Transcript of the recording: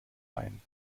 ein